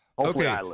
Okay